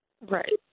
right